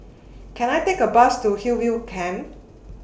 Can I Take A Bus to Hillview Camp